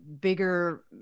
bigger